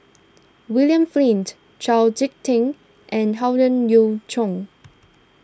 William Flint Chau Sik Ting and Howe Yoon Chong